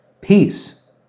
Peace